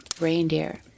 reindeer